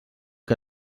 que